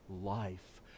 life